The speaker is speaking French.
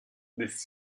des